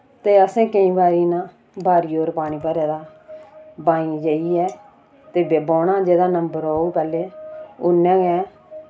ते असैं केईं बारी ना बारी पर पानी भरे दा बाईं जाइयै ते बौह्ना जेह्दा नंबर औग पैह्ले उन्नै गै